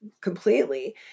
completely